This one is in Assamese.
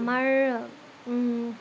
আমাৰ